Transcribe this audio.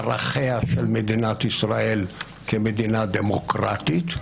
ערכיה של מדינת ישראל כמדינה דמוקרטית?